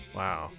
wow